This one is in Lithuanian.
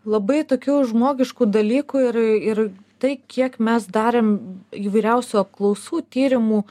labai tokių žmogiškų dalykų ir ir tai kiek mes darėm įvairiausių apklausų tyrimų